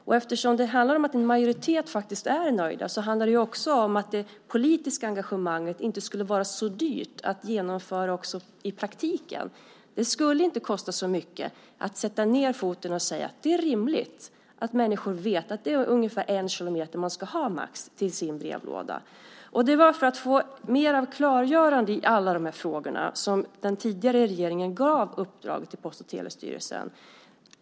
Och eftersom en majoritet faktiskt är nöjd handlar det också om att det politiska engagemanget inte skulle vara så dyrt att genomföra också i praktiken. Det skulle inte kosta så mycket att sätta ned foten och säga att det är rimligt att människor vet att det är ungefär en kilometer som de max ska ha till sin brevlåda. Och det var för att få mer av klargörande i alla de här frågorna som den tidigare regeringen gav uppdraget till Post och telestyrelsen.